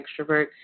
extrovert